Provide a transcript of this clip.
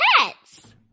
Pets